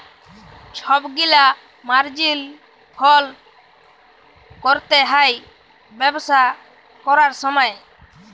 ছব গিলা মার্জিল ফল ক্যরতে হ্যয় ব্যবসা ক্যরার সময়